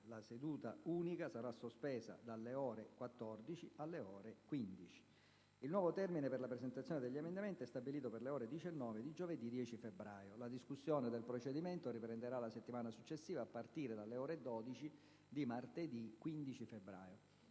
La seduta unica sarà sospesa dalle ore 14 alle ore 15. Il nuovo termine per la presentazione degli emendamenti è stabilito per le ore 19 di giovedì 10 febbraio. La discussione del provvedimento riprenderà la settimana successiva, a partire dalle ore 12 di martedì 15 febbraio.